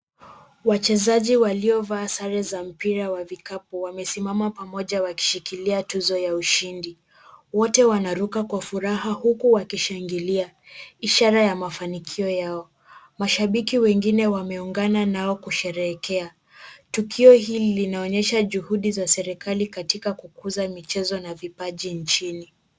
Wachezaji waliovaa sare za mpira wa vikapu wame simama pamoja wakishikilia tuzo ya ushindi. Wote wanaruka kwa furaha huku wakishangilia. Ishara ya mafanikio yao. Mashabiki wengine wameungana nao kusherehekea. Tukio hili linaonyesha juhudi za serikali katika kukuza michezo na vipaji nchini.